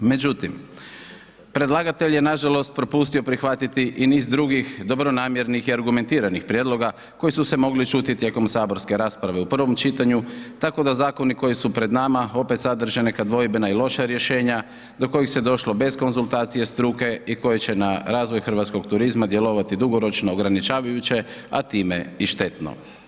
Međutim predlagatelj je nažalost propustio prihvatiti i niz drugih dobronamjernih i argumentiranih prijedloga koji su se mogli čuti tijekom saborske rasprave u prvom čitanju tako da zakoni koji su pred nama opet sadrže neka dvojbena i loša rješenja do kojih se došlo bez konzultacije struke i koji će razvoj hrvatskog turizma djelovati dugoročno ograničavajuće a time i štetno.